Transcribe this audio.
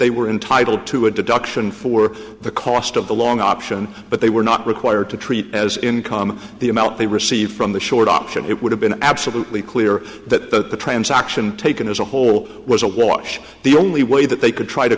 they were entitled to a deduction for the cost of the long option but they were not required to treat as income the amount they received from the short option it would have been absolutely clear that the transaction taken as a whole was a wash the only way that they could try to